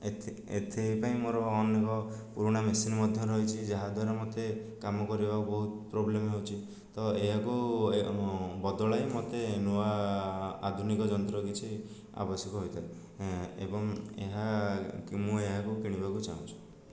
ଏଥିପାଇଁ ମୋର ଅନୁଭବ ପୁରୁଣା ମେସିନ୍ ମଧ୍ୟ ରହିଛି ଯାହାଦ୍ୱାରା ମୋତେ କାମ କରିବାକୁ ବହୁତ ପ୍ରୋବ୍ଲେମ୍ ହେଉଛି ତ ଏହାକୁ ଏ ବଦଳାଇ ମୋତେ ନୂଆ ଆଧୁନିକ ଯନ୍ତ୍ର କିଛି ଆବଶ୍ୟକ ହୋଇଥାଏ ଏବଂ ଏହାକୁ ମୁଁ ଏହାକୁ କିଣିବାକୁ ଚାହୁଁଛି